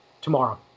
tomorrow